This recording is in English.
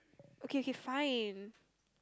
okay okay fine